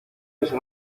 ese